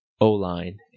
O-line